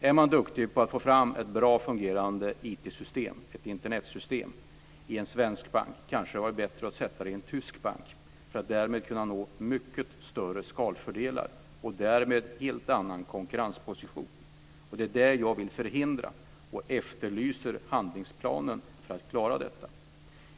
Är man duktig på att få fram ett bra, fungerande Inernetsystem i en svensk bank kanske det hade varit bättre att sätta det i en tysk bank, för att därmed kunna nå mycket större skalfördelar och därmed en helt annan konkurrensposition. Det är det jag vill förhindra, och efterlyser handlingsplanen för att klara detta.